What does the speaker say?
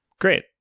great